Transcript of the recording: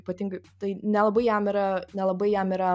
ypatingai tai nelabai jam yra nelabai jam yra